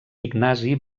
ignasi